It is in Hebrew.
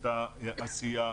את העשייה,